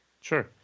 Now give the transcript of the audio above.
sure